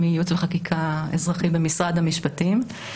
קלהורה, מייעוץ וחקיקה אזרחי במשרד המשפטים.